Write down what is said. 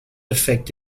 affect